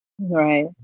Right